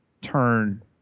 turn